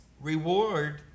Reward